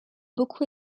beaucoup